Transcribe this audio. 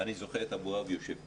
אני זוכר את אבוהב יושב כאן,